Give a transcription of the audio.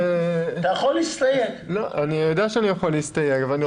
אני יודע שאני יכול להסתייג אבל אני